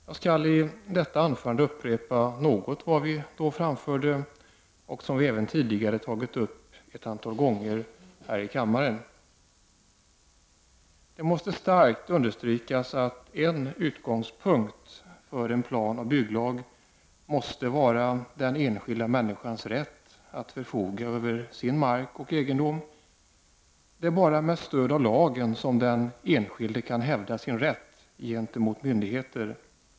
Jag skall i detta anförande upprepa något av vad vi då framförde och som vi även tidigare tagit upp ett antal gånger här i kammaren. Det måste starkt understrykas att en utgångspunkt för en planoch bygglag måste vara den enskilda människans rätt att förfoga över sin mark och egendom. Det är bara med stöd av lagen som den enskilde kan hävda sin rätt gentemot myndigheter.